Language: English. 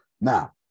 Now